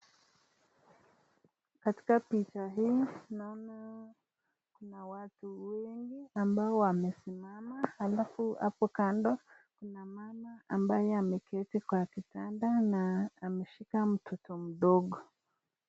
Katika picha hii naona kuna watu wengi ambao wamesimama alafu kando kuna mama ambaye ameketi kwa kitanda na ameshika mtoto mdogo.